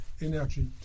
energy